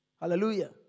hallelujah